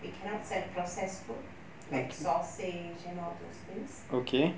we cannot sell processed food like sausage and all those things